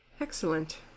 Excellent